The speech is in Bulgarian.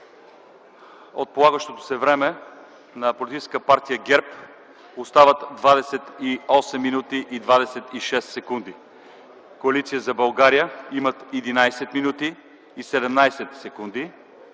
От полагащото се време: на Политическа партия ГЕРБ остават 28 мин. и 26 сек.; Коалиция за България имат 11 мин. и 17 сек.;